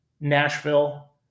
Nashville